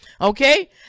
Okay